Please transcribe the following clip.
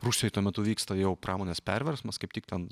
rusijoje tuo metu vyksta jau pramonės perversmas kaip tik ten